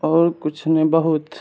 आओर कुछ नहि बहुत